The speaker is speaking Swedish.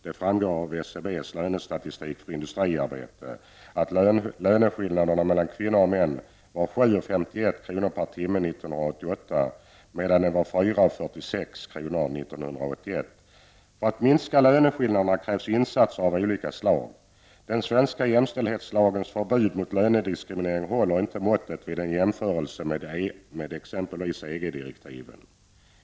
Det framgår av För att minska löneskillnaderna krävs insatser av olika slag. Den svenska jämställdhetslagens förbud mot lönediskriminering håller inte måttet vid jämförelse med t.ex. EG-direktiven.